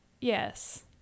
Yes